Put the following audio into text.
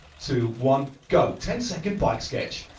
two, one, go, ten second bike sketch.